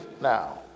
now